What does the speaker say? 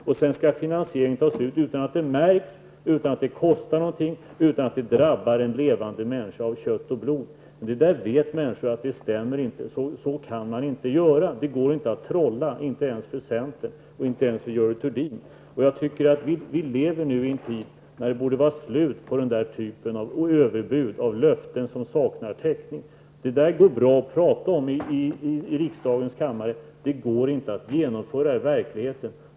Sedan skall detta finansieras utan att det märks, utan att det kostar någonting och utan att det drabbar en levande människa av kött och blod. Människor vet emellertid att det inte stämmer. Så kan man inte göra. Det går inte att trolla, inte ens för centern och Vi lever nu i en tid då det borde vara slut på den här typen av överbud och löften som saknar täckning. Det här går bra att tala om i riksdagens kammare, men det går inte att genomföra i verkligheten.